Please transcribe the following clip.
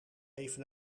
even